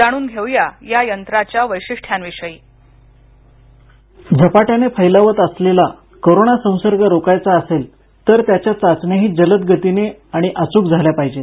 जाणून घेऊया या यंत्राच्या वैशिष्ट्यांविषयी झपाट्याने फैलावत असलेला कोरोना संसर्ग रोखायचा असेल तर त्याच्या चाचण्याही जलद गतीने आणि अचूक झाल्या पाहिजेत